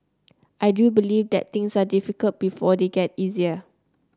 I do believe that things are difficult before they get easier